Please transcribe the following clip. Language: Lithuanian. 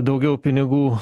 daugiau pinigų